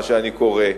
מה שאני קורא.